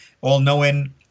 all-knowing